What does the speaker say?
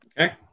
Okay